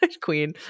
Queen